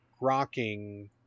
rocking